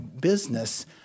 business